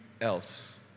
else